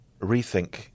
rethink